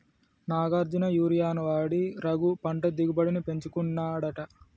Nagarjuna urea వాడి రఘు పంట దిగుబడిని పెంచుకున్నాడట